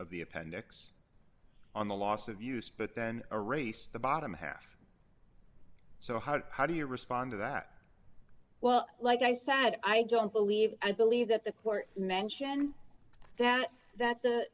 of the appendix on the loss of use but then erase the bottom half so how to how do you respond to that well like i said i don't believe i believe that the court mentioned that that the